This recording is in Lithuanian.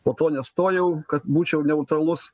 po to nestojau kad būčiau neutralus